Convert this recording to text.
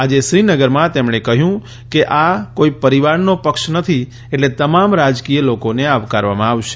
આજે શ્રીનગરમાં તેમણે કહયું કે આ કોઇ પરીવારનો પક્ષ નથી એ લે તમામ રાજકીય લોકોને આવકારવામાં આવશે